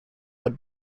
but